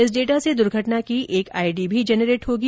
इस डेटा से दुर्घटना की एक आईडी भी जनरेट होगी